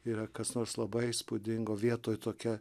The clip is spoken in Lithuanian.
yra kas nors labai įspūdingo vietoj tokia